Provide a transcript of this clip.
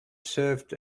served